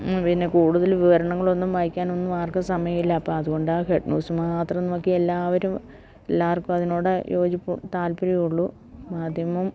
പിന്നെ കൂടുതൽ വിവരണങ്ങളൊന്നും വായിക്കാനൊന്നും ആർക്കും സമയമില്ല അപ്പം അതു കൊണ്ട് ആ ഹെഡ് ന്യൂസ് മാത്രം നോക്കി എല്ലാവരും എല്ലാവർക്കും അതിനോട് യോജി താല്പര്യം ഉള്ളൂ മാധ്യമം